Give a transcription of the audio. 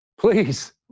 Please